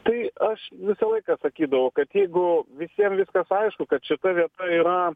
tai aš visą laiką sakydavau kad jeigu visiem viskas aišku kad šita vieta yra